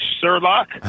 Sherlock